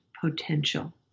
potential